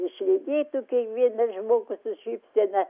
išlydėtum kiekvieną žmogų su šypsena